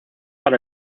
para